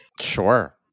Sure